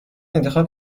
انتخاب